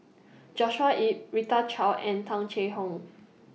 Joshua Ip Rita Chao and Tung Chye Hong